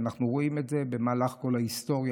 ואנחנו רואים את זה במהלך כל ההיסטוריה.